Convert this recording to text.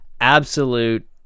absolute